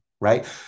right